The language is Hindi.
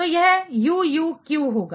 तो यह Uuq होगा